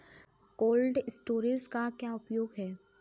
Cold storage का क्या उपयोग है?